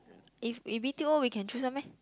if if B_T_O we can choose one meh